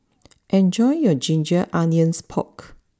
enjoy your Ginger Onions Pork